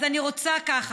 אז אני רוצה, ככה: